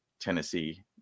Tennessee